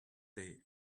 day